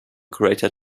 greater